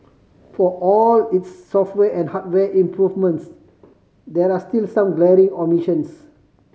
for all its software and hardware improvements there are still some glaring omissions